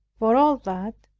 for all that,